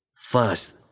First